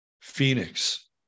Phoenix